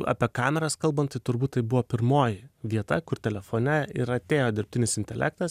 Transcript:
apie kameras kalbant tai turbūt tai buvo pirmoji vieta kur telefone ir atėjo dirbtinis intelektas